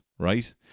Right